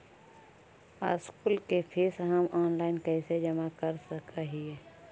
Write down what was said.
School के fees हम online कैसे जमा कर सक हिय?